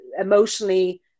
emotionally